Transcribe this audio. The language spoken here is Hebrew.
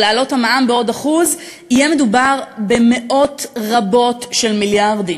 או להעלות את המע"מ בעוד 1%. יהיה מדובר במאות רבות של מיליארדים.